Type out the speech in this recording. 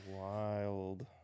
Wild